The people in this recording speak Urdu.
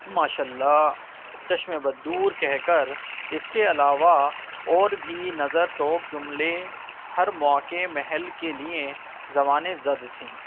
ماشاء اللہ چشم بددور کہہ کر اس کے علاوہ اور بھی نظر ٹوک جملے ہر موقعے محل کے لیے زبانیں زد تھی